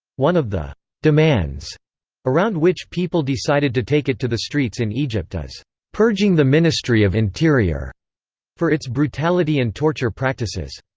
one of the demands around which people decided to take it to the streets in egypt is purging the ministry of interior for its brutality and torture practices.